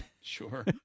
Sure